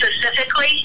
specifically